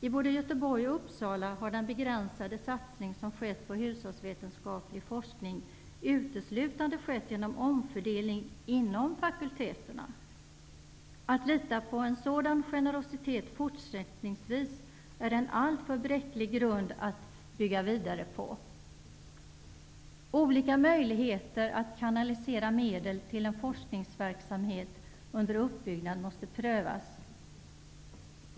I både Göteborg och Uppsala har den begränsade satsning som skett på hushållsvetenskaplig forskning uteslutande skett genom omfördelning inom fakulteterna. Att lita på en sådan generositet fortsättningsvis är att bygga vidare på en alltför bräcklig grund. Olika möjligheter att kanalisera medel till en forskningsverksamhet under uppbyggnad måste prövas.